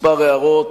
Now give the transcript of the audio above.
כמה הערות,